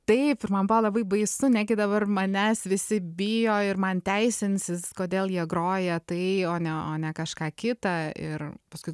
tai man buvo labai baisu negi dabar manęs visi bijo ir man teisinsis kodėl jie groja tai o ne o ne kažką kitą ir paskui